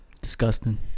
Disgusting